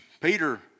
Peter